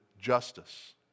justice